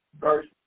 Verse